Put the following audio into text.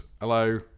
Hello